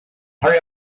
hurry